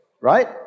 right